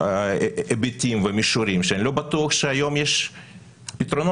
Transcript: היבטים ומישורים שאני לא בטוח שהיום יש פתרונות,